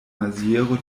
maziero